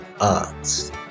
arts